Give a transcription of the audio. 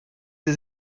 sie